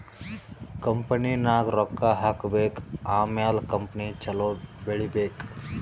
ಕಂಪನಿನಾಗ್ ರೊಕ್ಕಾ ಹಾಕಬೇಕ್ ಆಮ್ಯಾಲ ಕಂಪನಿ ಛಲೋ ಬೆಳೀಬೇಕ್